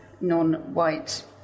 non-white